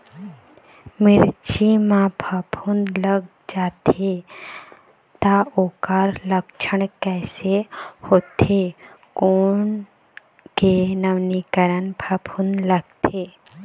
मिर्ची मा फफूंद लग जाथे ता ओकर लक्षण कैसे होथे, कोन के नवीनीकरण फफूंद लगथे?